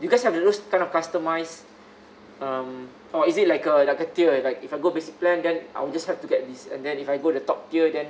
you guys have those kind of customized um or it is like a like a tier like if I go basic plan then I'll just have to get these and then if I go the top tier then